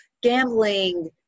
gambling